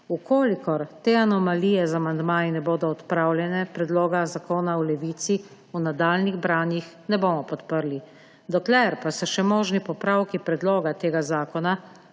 ZLV. Če te anomalije z amandmaji ne bodo odpravljene, predloga zakona v Levici v nadaljnjih branjih ne bomo podprli. Dokler pa so še možni popravki predloga tega zakona,